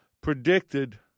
predicted